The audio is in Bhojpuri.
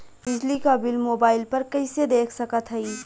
बिजली क बिल मोबाइल पर कईसे देख सकत हई?